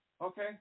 Okay